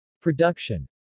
Production